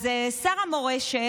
שר המורשת,